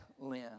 Lynn